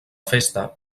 festa